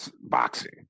boxing